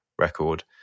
record